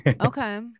Okay